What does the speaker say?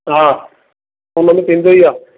हा हुनमें थींदी ई आहे